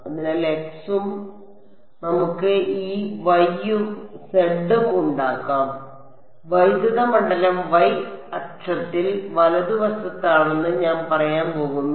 അതിനാൽ x ഉം നമുക്ക് ഈ y ഉം z ഉം ഉണ്ടാക്കാം വൈദ്യുത മണ്ഡലം y അക്ഷത്തിൽ വലതുവശത്താണെന്ന് ഞാൻ പറയാൻ പോകുന്നു